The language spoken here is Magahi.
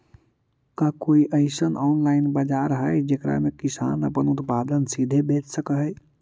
का कोई अइसन ऑनलाइन बाजार हई जेकरा में किसान अपन उत्पादन सीधे बेच सक हई?